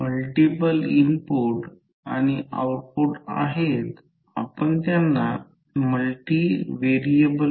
तर हे input impedance आहे आणि हे कॉइल 1 चे म्युचुअल इण्डक्टन्सशिवाय चे इम्पेडन्स आहे